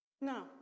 No